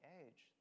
age